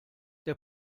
der